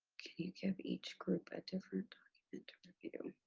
can you give each group a different document to view?